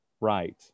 right